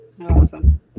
Awesome